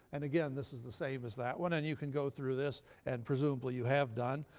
and again, this is the same as that one. and you can go through this and presumably you have done.